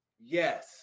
yes